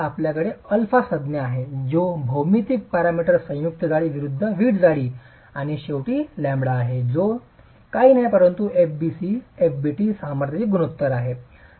आपल्याकडे अल्फा संज्ञा आहे जो भौमितिक पॅरामीटर संयुक्त जाडी विरूद्ध वीट जाडी आणि शेवटी लंबडा आहे जे काही नाही परंतु fbc fbt सामर्थ्याचे गुणोत्तर आहे